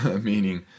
meaning